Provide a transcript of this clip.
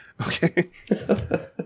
Okay